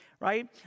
Right